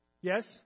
Yes